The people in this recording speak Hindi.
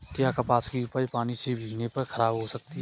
क्या कपास की उपज पानी से भीगने पर खराब हो सकती है?